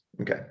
Okay